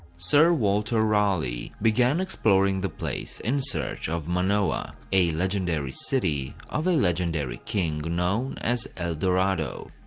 sir walter raleigh began exploring the place, in search of manoa, a legendary city of a legendary king known as el dorado.